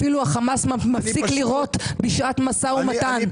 אפילו החמאס מפסיק לירות בשעת משא ומתן.